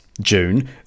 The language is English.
June